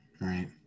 right